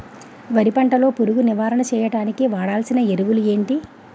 వరి పంట లో పురుగు నివారణ చేయడానికి వాడాల్సిన ఎరువులు ఏంటి?